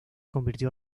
convirtió